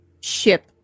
ship